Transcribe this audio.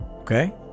okay